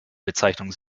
bezeichnung